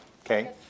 Okay